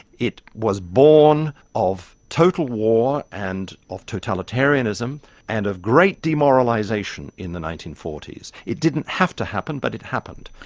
it was born of total war and of totalitarianism and of great demoralisation in the nineteen forty s. it didn't have to happen, but it happened.